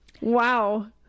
Wow